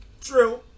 True